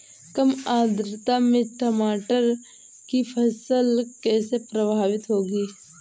कम आर्द्रता में टमाटर की फसल कैसे प्रभावित होगी?